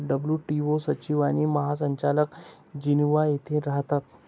WTO सचिव आणि महासंचालक जिनिव्हा येथे राहतात